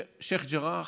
שייח' ג'ראח,